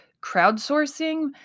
crowdsourcing